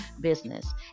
business